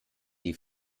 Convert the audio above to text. die